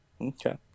okay